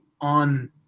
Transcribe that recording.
on